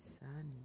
son